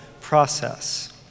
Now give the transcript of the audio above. process